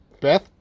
Beth